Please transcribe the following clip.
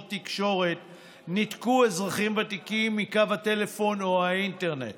תקשורת ניתקו אזרחים ותיקים מקו הטלפון או האינטרנט